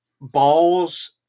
balls